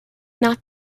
not